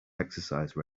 exercise